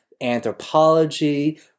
anthropology